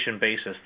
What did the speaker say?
basis